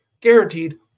Guaranteed